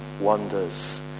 wonders